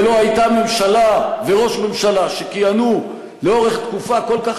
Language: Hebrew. ולא היו ממשלה וראש ממשלה שכיהנו לאורך תקופה כל כך